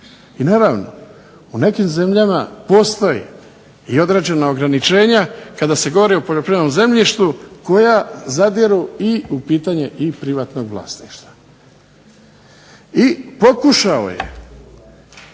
I naravno u nekim zemljama postoje i određena ograničenja kada se govori o poljoprivrednom zemljištu koja zadiru u pitanje privatnog vlasništva. I pokušao je